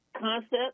concept